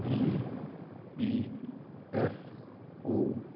E P F O